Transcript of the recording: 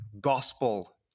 gospel